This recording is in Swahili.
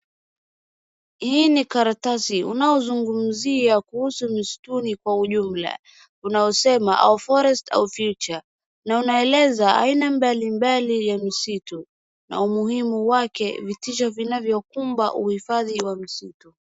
Hii ni karatasi unaozungumzia kuhusu msituni kwa ujumla, unaosema our forest our future na unaeleza aina mbalimbali ya misitu na umuhimu wake, vitisho vinavyokumba uhifadhi wa misitu.